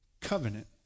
covenant